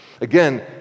Again